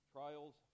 Trials